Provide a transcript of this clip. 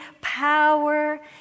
power